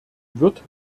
wird